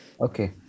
Okay